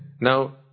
Now